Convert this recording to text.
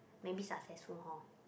maybe successful hor